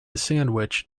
sandwich